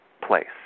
place